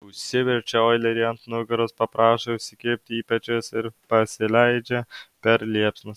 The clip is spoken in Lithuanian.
užsiverčia oilerį ant nugaros paprašo įsikibti į pečius ir pasileidžia per liepsnas